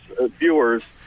viewers